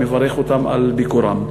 מברך אותם על ביקורם.